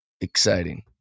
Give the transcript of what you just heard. exciting